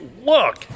look